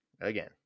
Again